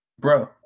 bro